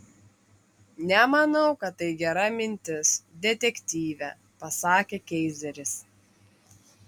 nemanau kad tai gera mintis detektyve pasakė keizeris